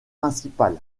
principal